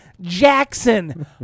Jackson